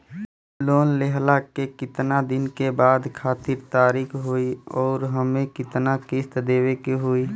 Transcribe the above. Loan लेहला के कितना दिन के बाद आखिर तारीख होई अउर एमे कितना किस्त देवे के होई?